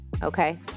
Okay